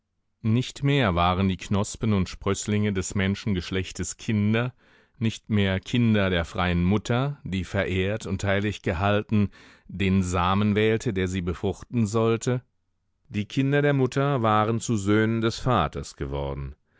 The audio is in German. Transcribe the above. nicht mehr waren die knospen und sprößlinge des menschengeschlechtes kinder nicht mehr kinder der freien mutter die verehrt und heilig gehalten den samen wählte der sie befruchten sollte die kinder der mutter waren zu söhnen des vaters geworden